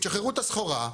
שחררו את הסחורה,